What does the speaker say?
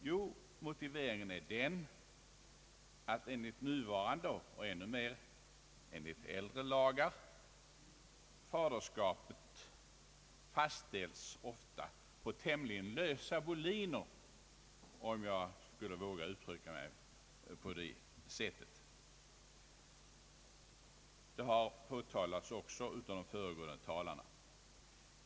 Jo, motiveringen är att faderskapet enligt nuvarande och ännu mer enligt äldre lagar ofta fastställts på tämligen lösa boliner, om jag vågar uttrycka mig så. Detta har också påtalats av föregående talare.